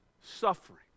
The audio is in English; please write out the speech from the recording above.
suffering